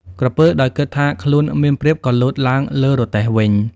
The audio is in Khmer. ក្រពើដោយគិតថាខ្លួនមានប្រៀប ក៏លោតឡើងលើរទេះវិញ។